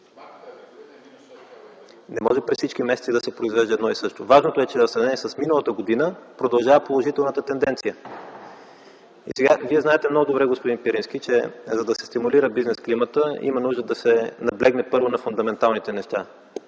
Не може през всички месеци да се произвежда едно и също. Важното е, че в сравнение с миналата година продължава положителната тенденция. Вие много добре знаете, господин Пирински, че, за да се стимулира бизнес климатът, има нужда да се наблегне първо на фундаменталните неща.